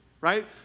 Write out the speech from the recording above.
right